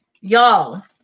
y'all